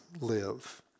live